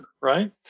Right